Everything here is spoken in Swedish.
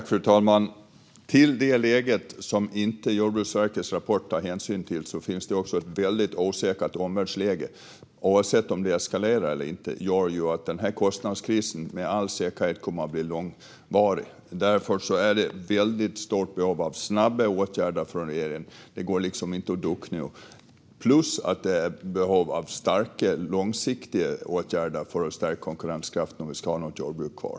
Fru talman! Utöver detta läge finns också ett väldigt osäkert omvärldsläge, som Jordbruksverkets rapport inte tar hänsyn till. Oavsett om det eskalerar eller inte gör det att kostnadskrisen med all säkerhet kommer att bli långvarig. Därför finns det ett väldigt stort behov av snabba åtgärder från regeringen. Det går liksom inte att ducka nu. Det finns också ett stort behov av långsiktiga åtgärder för att stärka konkurrenskraften om vi ska ha något jordbruk kvar.